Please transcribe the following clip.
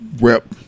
rep